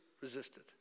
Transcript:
resisted